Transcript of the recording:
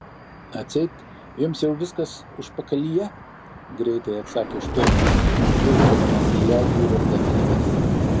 atseit jums jau viskas užpakalyje greitai atsakė šturmanas žvilgčiodamas į ledjūrio platybes